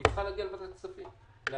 היא צריכה להגיע לוועדת כספים לאשר.